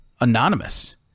anonymous